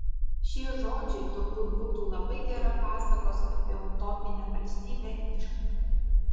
šie žodžiai turbūt būtų labai gera pasakos apie utopinę valstybę įžanga